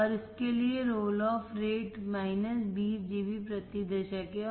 और इस के लिए रोल ऑफ रेट 20 dB प्रति दशक है